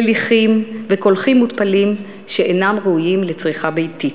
מליחים וקולחים מותפלים שאינם ראויים לצריכה ביתית.